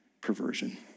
perversion